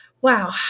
Wow